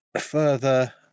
further